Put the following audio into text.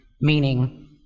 meaning